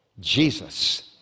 Jesus